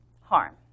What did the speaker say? harm